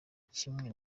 kimwe